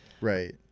right